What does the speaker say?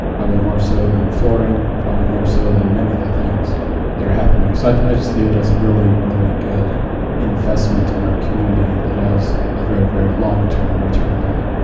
probably more so than flooring, probably more so than many of the things that are happening. so i just see it as a really, really good investment in our community that has a very, very long term return on it.